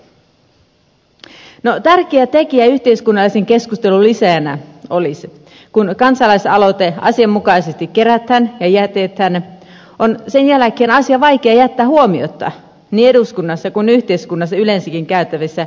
tärkeä tekijä yhteiskunnallisen keskustelun lisääjänä olisi että kun kansalaisaloite asianmukaisesti kerätään ja jätetään on sen jälkeen asia vaikea jättää huomiotta niin eduskunnassa kuin yhteiskunnassa yleensäkin käytävissä keskusteluissa